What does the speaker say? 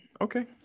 Okay